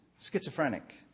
schizophrenic